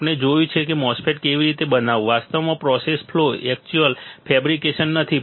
આપણે જોયું છે કે MOSFET કેવી રીતે બનાવવું વાસ્તવમાં પ્રોસેસ ફ્લો એક્ચ્યુઅલ ફેબ્રીકેશન નથી